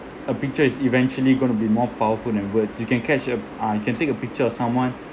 a picture is eventually going to be more powerful than words you can catch a uh you can take a picture of someone